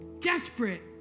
Desperate